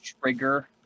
trigger